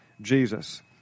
Jesus